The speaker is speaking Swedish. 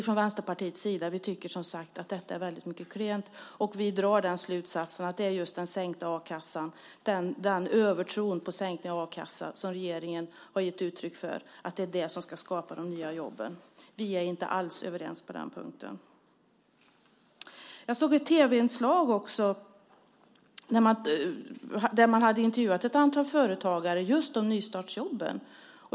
Från Vänsterpartiets sida tycker vi, som sagt, att detta är mycket klent. Vi drar slutsatsen att det som regeringen har gett uttryck för är en övertro på att sänkt a-kassa ska skapa de nya jobben. Vi är inte alls överens på den punkten. Jag såg ett tv-inslag där man hade intervjuat ett antal företagare om nystartsjobben.